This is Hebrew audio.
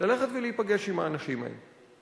ללכת ולהיפגש עם האנשים האלה.